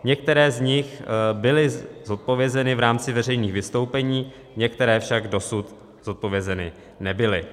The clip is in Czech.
Některé z nich byly zodpovězeny v rámci veřejných vystoupení, některé však dosud zodpovězeny nebyly.